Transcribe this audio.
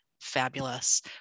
fabulous